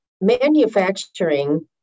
manufacturing